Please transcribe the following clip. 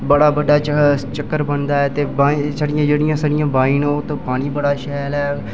बड़ा बड्डा चक्कर बनदा ऐ छडि़यां जेह्ड़ियां साढियां बाईं न उदां पानी बड़ा शैल ऐ